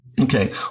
Okay